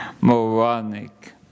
moronic